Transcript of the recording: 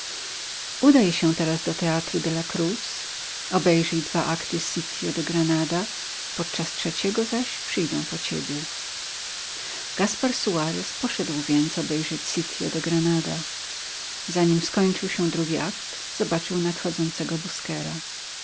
udał się teraz do teatru de la cruz obejrzyj dwa akty sitio de granada podczas trzeciego zaś przyjdę po ciebie gaspar suarez poszedł więc obejrzeć sitio de granada zanim skończył się drugi akt zobaczył nadchodzącego busquera